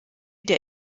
der